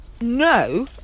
no